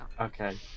Okay